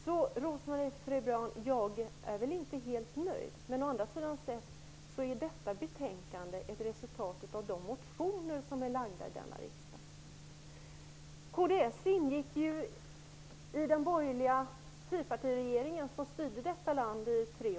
Så jag är väl inte helt nöjd, Rose-Marie Frebran, men å andra sidan är detta betänkande ett resultat av de motioner som har väckts i riksdagen. Kds ingick ju i den borgerliga fyrpartiregeringen som styrde detta land i tre år.